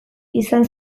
izan